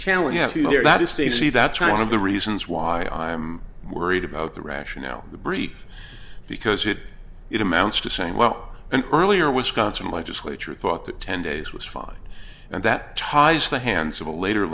hear that is stacy that's one of the reasons why i'm worried about the rationale of the brief because it it amounts to saying well an earlier wisconsin legislature thought that ten days was fine and that ties the hands of a later